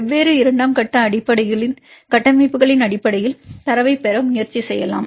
வெவ்வேறு இரண்டாம் கட்டமைப்புகளின் அடிப்படையில் தரவைப் பெற முயற்சி செய்யலாம்